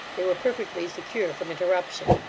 they were perfectly secure from interruption.